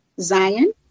Zion